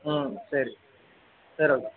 ம் சரி சரி ஓகே